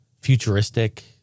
futuristic